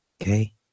okay